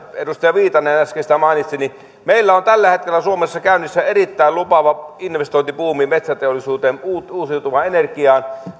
edustaja viitanen äsken mainitsi meillä on tällä hetkellä suomessa käynnissä erittäin lupaava investointibuumi investointeja metsäteollisuuteen uusiutuvaan energiaan